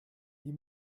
die